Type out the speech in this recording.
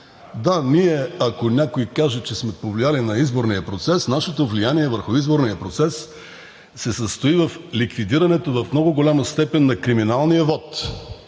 да, ние, ако някой каже, че сме повлияли на изборния процес, нашето влияние върху изборния процес се състои в ликвидирането в много голяма степен на криминалния вот.